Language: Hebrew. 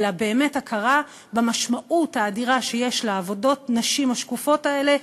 אלא באמת הכרה במשמעות האדירה שיש לעבודות נשים השקופות האלה,